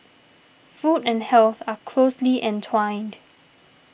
food and health are closely entwined